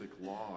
law